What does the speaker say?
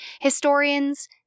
historians